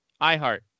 iheart